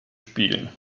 spielen